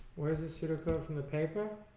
where is that pseudocode from the paper?